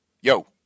yo